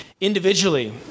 individually